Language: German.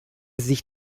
sich